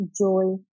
joy